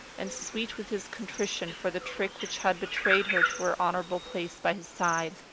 and sweet with his contrition for the trick which had betrayed her to her honourable place by his side.